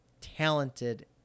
talented